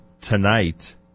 tonight